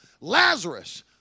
Lazarus